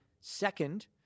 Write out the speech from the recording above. second